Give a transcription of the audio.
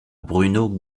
bruno